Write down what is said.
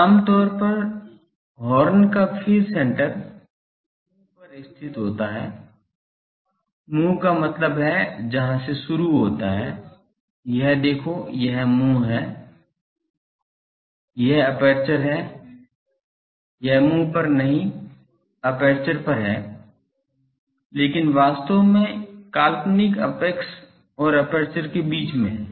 आमतौर पर हॉर्न का फेज सेण्टर इसके मुंह पर स्थित नहीं होता है मुंह का मतलब है जहां से शुरू होता है यह देखो यह मुंह है यह एपर्चर है यह मुंह पर नहीं एपर्चर पर है लेकिन वास्तव में काल्पनिक अपैक्स और एपर्चर के बीच है